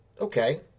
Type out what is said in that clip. Okay